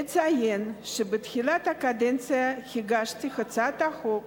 אציין שבתחילת הקדנציה הגשתי הצעת חוק